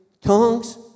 tongues